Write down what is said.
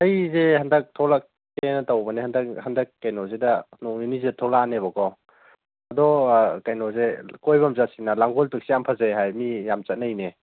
ꯑꯩꯁꯦ ꯍꯟꯗꯛ ꯊꯣꯛꯂꯛꯀꯦꯅ ꯇꯧꯕꯅꯦ ꯍꯟꯗꯛ ꯍꯟꯗꯛ ꯀꯩꯅꯣꯁꯤꯗ ꯅꯣꯡꯅꯤꯅꯤ ꯁꯤꯗ ꯊꯣꯛꯂꯛꯑꯅꯤꯕꯀꯣ ꯑꯗꯣ ꯀꯩꯅꯣꯁꯦ ꯀꯣꯏꯕ ꯑꯃ ꯆꯠꯁꯤꯗꯅ ꯂꯥꯡꯒꯣꯜ ꯄꯤꯛꯁꯦ ꯌꯥꯝ ꯐꯖꯩ ꯍꯥꯏ ꯃꯤ ꯌꯥꯝꯅ ꯆꯠꯅꯩꯅꯦ